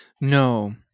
No